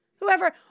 whoever